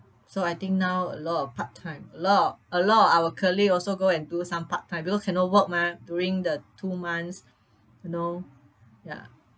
so I think now a lot of part-time a lot of a lot of our colleague also go and do some part-time because cannot work mah during the two months you know ya